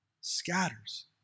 scatters